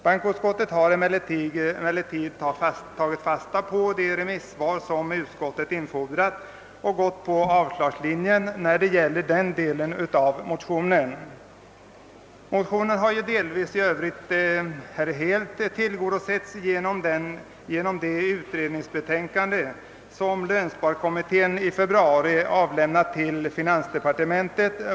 Bankoutskottet har emellertid tagit fasta på de remissvar som utskottet infordrat och gått på avslagslinjen när det gäller den delen av motionen. Motionerna har i övrigt helt tillgodosetts genom det utredningsbetänkande som lönsparkommittén i februari i år avlämnat till finansdepartementet.